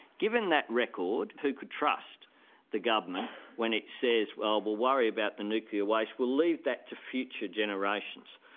given that record, who could trust the government when it says oh well we'll worry about the nuclear waste, we'll leave that to future generations.